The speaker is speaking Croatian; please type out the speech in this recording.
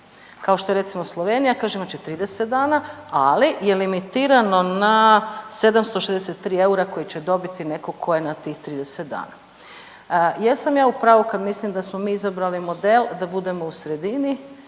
kao što je recimo, Slovenija, kaže imat će 30 dana, ali je limitirano na 763 eura koji će dobiti netko tko je na tih 30 dana. Jesam ja u pravu kad mislim da smo mi izabrali model da budemo u sredini